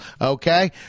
Okay